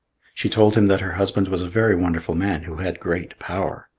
she told him that her husband was a very wonderful man who had great power.